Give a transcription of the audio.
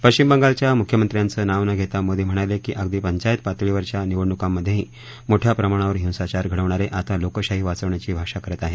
पश्चिम बंगालच्या मुख्यमंत्र्यांचं नाव न घेता मोदी म्हणाले की अगदी पंचायत पातळीवरच्या निवडणुकांमध्येही मोठ्या प्रमाणावर हिंसाचार घडवणारे आता लोकशाही वाचवण्याची भाषा करत आहेत